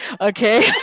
Okay